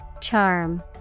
Charm